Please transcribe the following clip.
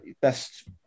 best